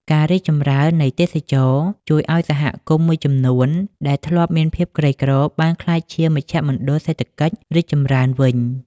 ការរីកចម្រើននៃទេសចរណ៍ ជួយឲ្យសហគមន៍មួយចំនួនដែលធ្លាប់មានភាពក្រីក្រ បានក្លាយជាមជ្ឈមណ្ឌលសេដ្ឋកិច្ចរីកចម្រើនវិញ។